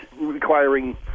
requiring